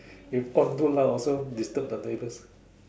if on too loud also disturb the neighbours